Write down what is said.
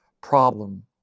problem